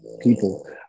people